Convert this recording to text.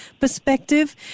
perspective